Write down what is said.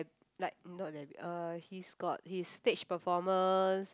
like not debut uh he's got his stage performance